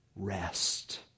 rest